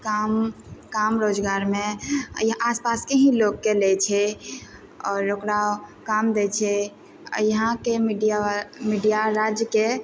काम काम रोजगारमे आस पासके ही लोकके लै छै आओर ओकरा काम दै छै आ यहाँके मीडिया मीडिया राज्यके